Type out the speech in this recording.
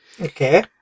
Okay